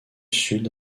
sud